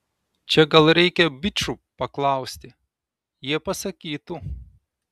čia gal reikia bičų paklausti jie pasakytų